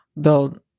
build